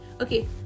Okay